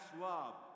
love